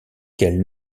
quel